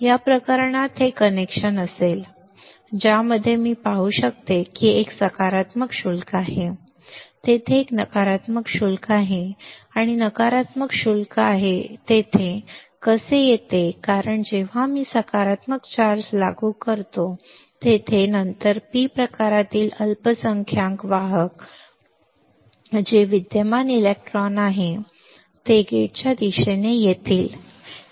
या प्रकरणात हे कनेक्शन असेल ज्यामध्ये मी पाहू शकतो की एक सकारात्मक शुल्क आहे तेथे एक नकारात्मक शुल्क आहे नकारात्मक शुल्क आहे ते येथे कसे येते कारण जेव्हा मी सकारात्मक चार्ज लागू करतो येथे नंतर पी प्रकारातील अल्पसंख्याक वाहक पी प्रकारातील अल्पसंख्याक वाहक जे विद्यमान इलेक्ट्रॉन आहेत जे येथे गेटच्या दिशेने येतील